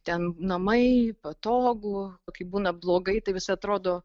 ten namai patogu o kai būna blogai tai vis atrodo